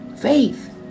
Faith